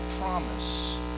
promise